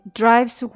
drives